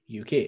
uk